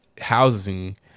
housing